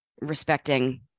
respecting